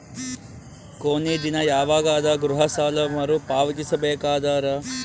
ಕೊನಿ ದಿನ ಯವಾಗ ಅದ ಗೃಹ ಸಾಲ ಮರು ಪಾವತಿಸಬೇಕಾದರ?